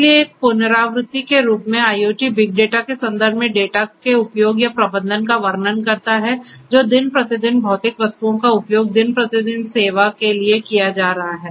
इसलिए एक पुनरावृत्ति के रूप में IoT बिग डेटा के संदर्भ में डेटा के उपयोग या प्रबंधन का वर्णन करता है जो दिन प्रतिदिन भौतिक वस्तुओं का उपयोग दिन प्रतिदिन सेवा के लिए किया जा रहा है